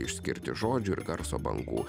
išskirti žodžių ir garso bangų